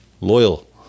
Loyal